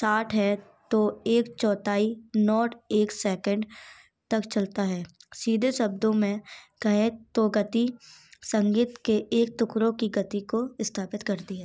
साठ है तो एक चौथाई नॉर्ट एक सेकेंड तक चलता है सीधे शब्दों में कहें तो गति संगीत के एक टुकड़ों की गति को स्थापित करती है